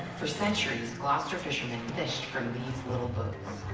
for centuries, gloucester fishermen fished from these little boats.